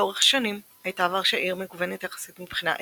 לאורך השנים הייתה ורשה עיר מגוונת יחסית מבחינת אתנית.